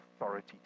authority